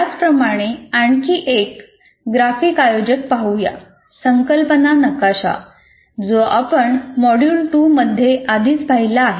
त्याचप्रमाणे आपण आणखी एक ग्राफिक आयोजक पाहू या संकल्पना नकाशा जो आपण मॉड्यूल 2 मध्ये आधीच पाहिला आहे